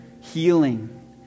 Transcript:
healing